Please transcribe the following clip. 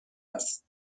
است